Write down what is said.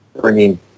bringing